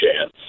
chance